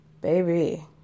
baby